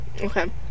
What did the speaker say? okay